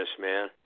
man